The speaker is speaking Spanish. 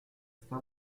está